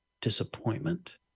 disappointment